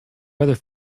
weather